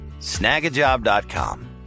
Snagajob.com